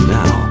now